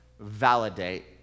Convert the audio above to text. validate